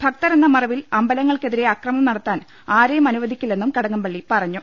ഭക്തരെന്ന മറവിൽ അമ്പലങ്ങൾക്കെതിരെ അക്രമം നടത്താൻ ആരെയും അനുവദിക്കില്ലെന്നും കടകംപള്ളി പറഞ്ഞു